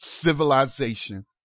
civilization